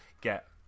get